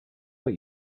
what